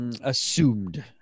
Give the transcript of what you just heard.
assumed